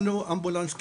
אמבולנס,